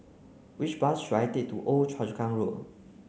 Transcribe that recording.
which bus should I take to Old Choa Chu Kang Road